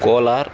Kolar